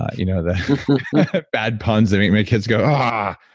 you know, the bad puns. i think my kids go um ahhhh